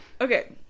Okay